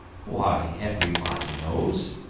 why, everybody knows.